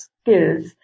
skills